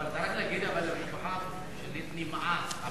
אבל צריך להגיד, למשפחת שליט נמאס.